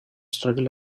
struggle